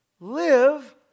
Live